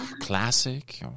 classic